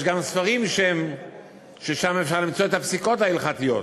יש גם ספרים שבהם אפשר למצוא את הפסיקות ההלכתיות.